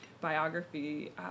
biography